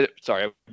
sorry